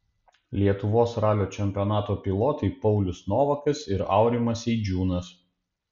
lietuvos ralio čempionato pilotai paulius novakas ir aurimas eidžiūnas